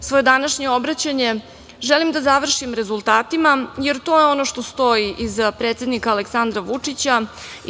Svoje današnje obraćanje želim da završim rezultatima, jer to je ono što stoji iza predsednika Aleksandra Vučića,